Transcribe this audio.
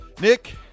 Nick